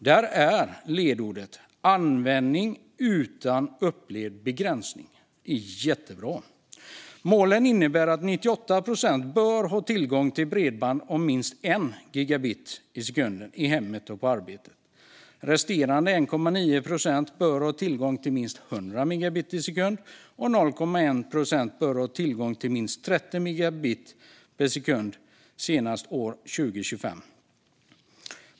Där är ledordet "användning utan upplevd begränsning". Det är jättebra. Målen innebär att 98 procent ska ha tillgång till bredband om minst 1 gigabit per sekund i hemmet och på arbetet. Resterande 1,9 procent ska ha tillgång till minst 100 megabit per sekund, och 0,1 procent ska ha tillgång till minst 30 megabit per sekund senast år 2025.